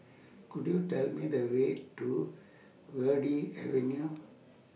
Could YOU Tell Me The Way to Verde Avenue